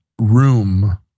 room